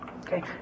okay